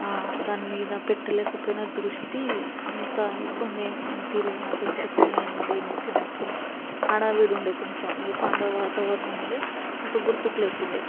దాని మీద పెట్టలేకపోయినా దృష్టి అంత ఇబ్బంది ఏం అనిపీయలేదు నాకు ఎందుకంటే పిల్లలు ఉండే ఇంట్లో మొత్తం హడావిడి ఉండే కొంచెం ఈ పండుగ వాతావరణం ఉండే అంత గుర్తుకు లేకుండే